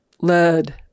lead